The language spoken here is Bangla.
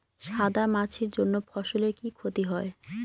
সাদা মাছির জন্য ফসলের কি ক্ষতি হয়?